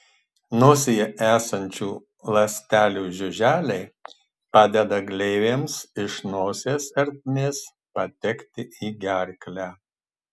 nosyje esančių ląstelių žiuželiai padeda gleivėms iš nosies ertmės patekti į gerklę